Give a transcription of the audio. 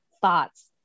thoughts